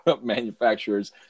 manufacturers